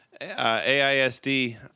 AISD